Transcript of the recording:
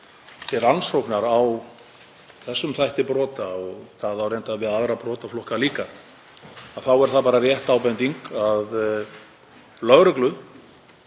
til rannsóknar á þessum þætti brota, og það á reyndar við um aðra brotaflokka líka, þá er það bara rétt ábending að lögreglu